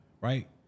right